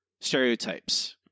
stereotypes